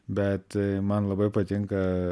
bet man labai patinka